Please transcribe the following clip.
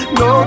no